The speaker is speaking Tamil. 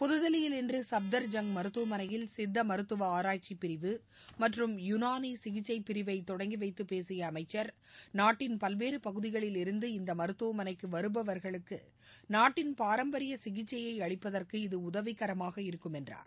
புதுதில்லியில் இன்று சுப்தார்ஜங் மருத்துவமனையில் சித்த மருத்துவ ஆராய்ச்சிப் பிரிவு மற்றும் யுனாளி சிகிச்சைப் பிரிவை தொடங்கி வைத்து பேசிய அமைச்சா் நாட்டின் பல்வேறு பகுதிகளில் இருந்து இந்த மருத்துவமளைக்கு வருபவா்களுக்கு நாட்டின் பாரம்பரிய சிகிச்சையை அளிப்பதற்கு இது உதவிகரமாக இருக்கும் என்றார்